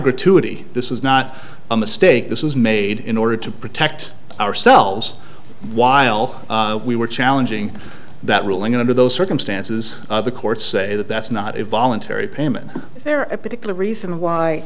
gratuity this was not a mistake this was made in order to protect ourselves while we were challenging that ruling under those circumstances the courts say that that's not a voluntary payment there a particular reason why